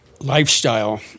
lifestyle